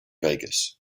vegas